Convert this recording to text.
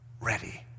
ready